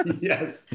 Yes